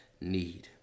need